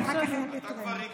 כי אחר כך אין לי טרמפ.